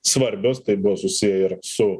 svarbios tai buvo susiję ir su